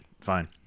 fine